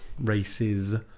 Races